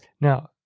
Now